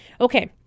Okay